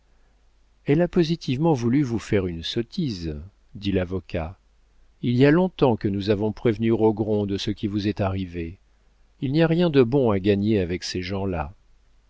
elle a positivement voulu vous faire une sottise dit l'avocat il y a longtemps que nous avons prévenu rogron de ce qui vous est arrivé il n'y a rien de bon à gagner avec ces gens-là